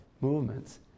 movements